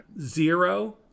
zero